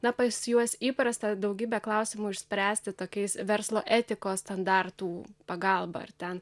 na pas juos įprasta daugybę klausimų išspręsti tokiais verslo etikos standartų pagalba ar ten